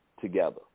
together